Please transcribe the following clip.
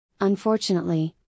Unfortunately